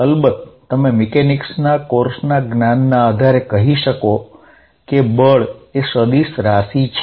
અલબત્ત તમે મિકેનિક્સ ના કોર્સના જ્ઞાનના અધારે કહી શકો કે બળ એ સદિશ રાશી છે